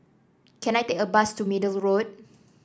can I take a bus to Middle Road